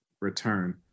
return